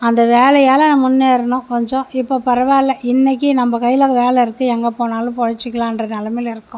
அந்த வேலையால முன்னேறுனோம் கொஞ்சம் இப்போ பரவால்லை இன்னக்கு நம்ப கையில வேலை இருக்கு எங்கே போனாலும் பிழச்சிக்கலான்ற நிலமையில இருக்கோம்